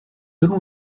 allons